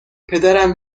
پدرم